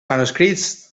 manuscrits